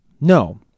No